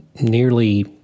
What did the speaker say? nearly